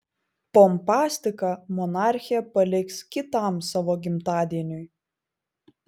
pompastiką monarchė paliks kitam savo gimtadieniui